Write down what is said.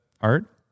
Art